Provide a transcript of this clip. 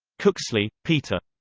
cooksley, peter.